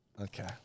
okay